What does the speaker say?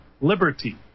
liberty